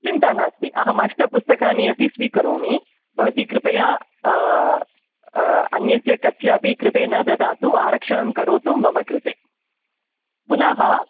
चिन्ता नास्ति अहमष्टपुस्तकानि अपि स्वीकरोमि भवती कृपया अन्यस्य कस्यापि कृते न ददातु आरक्षणं करोतु मम कृते पुनः